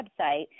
website